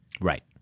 right